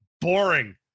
boring